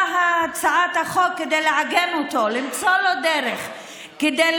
שהצעת החוק באה לעגן אותו, למצוא לו דרך להתאים.